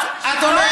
אתה בעד הון ושלטון?